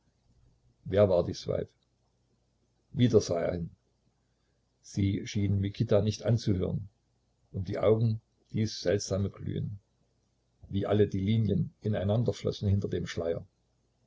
wer war dies weib wieder sah er hin sie schien mikita nicht anzuhören um die augen dies seltsame glühen wie alle die linien ineinanderflossen hinter dem schleier